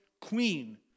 queen